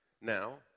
Now